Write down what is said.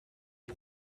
les